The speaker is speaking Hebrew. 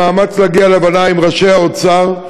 במאמץ להגיע להבנה עם ראשי האוצר,